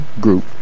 group